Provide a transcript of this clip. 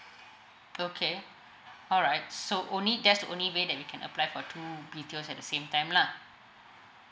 okay alright so only that's only way that you can apply for two B_T_Os at the same time lah